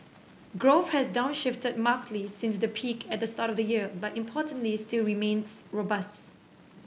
growth has downshifted markedly since the peak at the start of the year but importantly still remains robust